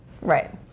right